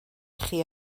chi